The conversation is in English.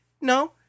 No